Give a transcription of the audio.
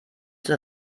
zur